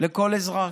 לכל אזרח.